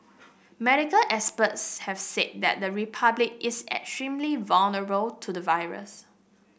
medical experts have said that the Republic is extremely vulnerable to the virus